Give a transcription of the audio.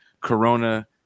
Corona